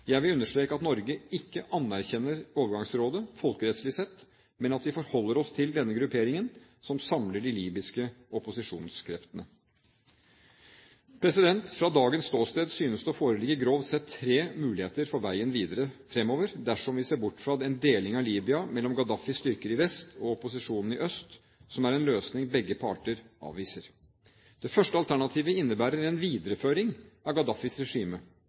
Jeg vil understreke at Norge ikke «anerkjenner» overgangsrådet folkerettslig sett, men at vi forholder oss til denne grupperingen som samler de libyske opposisjonskreftene. Fra dagens ståsted synes det å foreligge, grovt sett, tre muligheter for veien videre fremover, dersom vi ser bort fra en deling av Libya mellom Gaddafis styrker i vest og opposisjonen i øst, som er en løsning begge parter avviser. Det første alternativet innebærer en videreføring av Gaddafis regime.